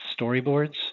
storyboards